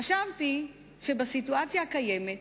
חשבתי שבסיטואציה הקיימת,